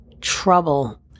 trouble